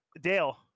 Dale